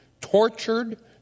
tortured